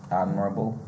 admirable